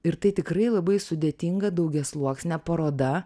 ir tai tikrai labai sudėtinga daugiasluoksnė paroda